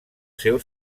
seu